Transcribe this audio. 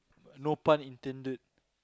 no pun intended